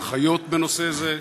2. מה הן ההנחיות בנושא זה?